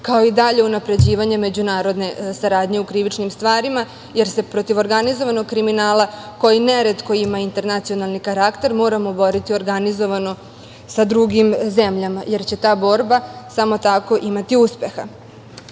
kao i dalje unapređivanje međunarodne saradnje u krivičnim stvarima, jer se protiv organizovanog kriminala, koji neretko ima internacionalni karakter, moramo boriti organizovano sa drugim zemljama, jer će ta borba samo tako imati uspeha. Ono